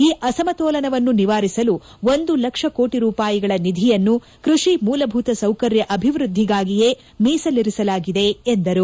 ಈ ಅಸಮತೋಲನವನ್ನು ನಿವಾರಿಸಲು ಒಂದು ಲಕ್ಷ ಕೋಟಿ ರೂಪಾಯಿಗಳ ನಿಧಿಯನ್ನು ಕೃಷಿ ಮೂಲಭೂತ ಸೌಕರ್ಯ ಅಭಿವೃದ್ದಿಗಾಗಿಯೇ ಮೀಸಲಿರಿಸಲಾಗಿದೆ ಎಂದರು